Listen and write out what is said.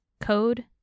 code